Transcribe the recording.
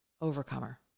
overcomer